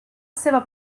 seva